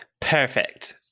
perfect